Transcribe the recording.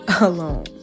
alone